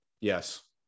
Yes